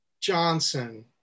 Johnson